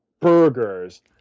burgers